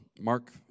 Mark